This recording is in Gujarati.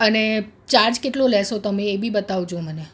અને ચાર્જ કેટલો લેશો તમે એ બી બતાવજો મને